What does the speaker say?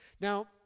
Now